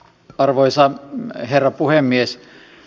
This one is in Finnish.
arvoisa herra puhemies